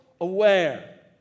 aware